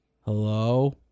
hello